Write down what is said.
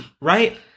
Right